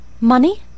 Money